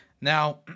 Now